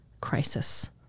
crisis